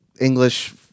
english